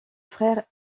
frère